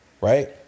right